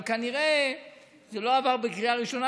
אבל כנראה זה לא עבר בקריאה ראשונה,